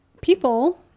people